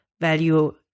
value